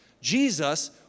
Jesus